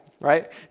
right